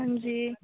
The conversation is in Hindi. हाँ जी